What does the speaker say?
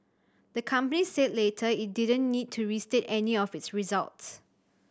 the company said later it didn't need to restate any of its results